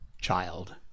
child